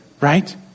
Right